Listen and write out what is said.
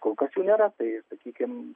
kol kas jų nėra tai sakykim